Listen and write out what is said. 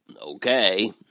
Okay